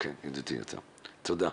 תודה.